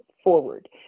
forward